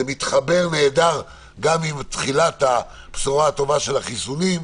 זה מתחבר נהדר עם הבשורה הטובה של תחילת החיסונים.